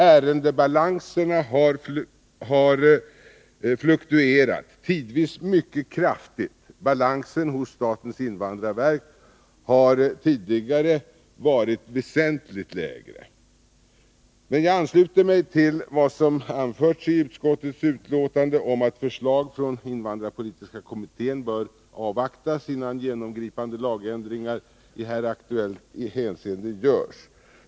Ärendebalanserna har fluktuerat, tidvis mycket kraftigt. Balansen hos SIV har tidigare varit väsentligt lägre. Jag ansluter mig till vad som anförts i utskottets betänkande om att förslag från invandrarpolitiska kommittén, IPOK, bör avvaktas innan genomgripande lagändringar i här aktuellt hänseende görs.